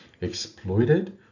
exploited